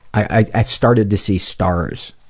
i started to see stars.